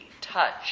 touch